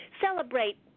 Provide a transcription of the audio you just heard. celebrate